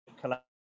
collaboration